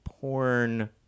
porn